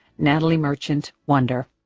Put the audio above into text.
natalie merchant, wonder